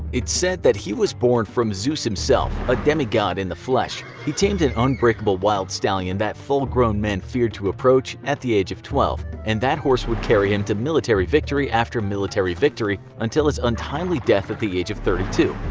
it is said that he was born from zeus himself, a demi-god in the flesh. he tamed an unbreakable wild stallion that full-grown men feared to approach at the age of twelve, and that horse would carry him to military victory after military victory until his untimely death at the age of thirty two.